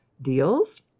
deals